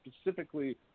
specifically